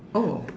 oh